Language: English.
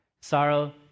Sorrow